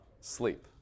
sleep